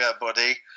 buddy